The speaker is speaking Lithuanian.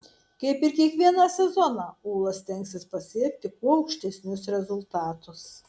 kaip ir kiekvieną sezoną ūla stengsis pasiekti kuo aukštesnius rezultatus